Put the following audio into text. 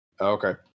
Okay